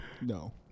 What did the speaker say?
No